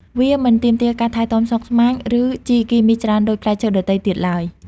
វាមិនទាមទារការថែទាំស្មុគស្មាញ ឬជីគីមីច្រើនដូចផ្លែឈើដទៃទៀតឡើយ។